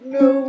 no